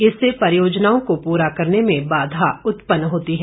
इससे परियोजनाओं को पूरा करने में बाधा उत्पन्न होती है